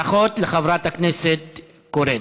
ברכות לחברת הכנסת קורן.